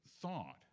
thought